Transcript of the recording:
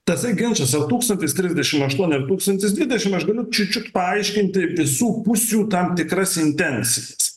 tasai ginčas ar tūkstantis trisdešimt aštuoni ar tūkstantis dvidešimt aš galiu čiut čiut paaiškinti visų pusių tam tikras intencijas